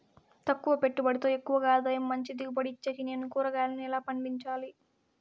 తక్కువ పెట్టుబడితో ఎక్కువగా ఆదాయం మంచి దిగుబడి ఇచ్చేకి నేను కూరగాయలను ఎలా పండించాలి?